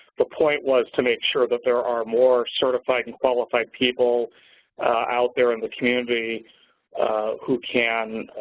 the point was to make sure that there are more certified and qualified people out there in the community who can